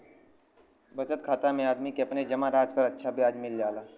बचत खाता में आदमी के अपने जमा राशि पर अच्छा ब्याज मिल जाला